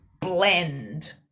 blend